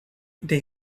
they